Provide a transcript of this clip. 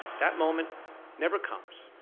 that moment never comes.